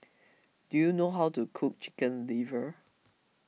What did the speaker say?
do you know how to cook Chicken Liver